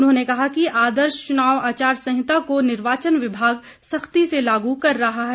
उन्होंने कहा कि आदर्श चुनाव आचार संहिता को निर्वाचन विभाग सख्ती से लागू कर रहा है